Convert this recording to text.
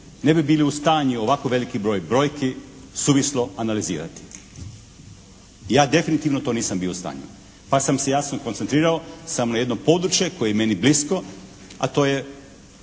ne bi bili u stanju ovako veliki broj brojki suvislo analizirati. Ja definitivno to nisam bio u stanju. Pa sam se jasno koncentrirao samo na jedno područje koje je meni blisko a to je